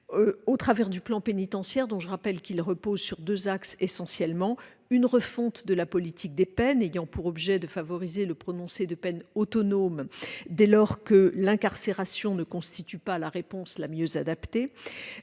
au travers du plan pénitentiaire, dont je rappelle qu'il s'oriente autour de deux axes essentiellement. D'une part, une refonte de la politique des peines ayant pour objet de favoriser le prononcé de peines autonomes dès lors que l'incarcération ne constitue pas la réponse la plus adaptée.